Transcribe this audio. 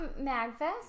Magfest